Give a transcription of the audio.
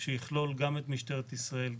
שיכלול גם את משטרת ישראל,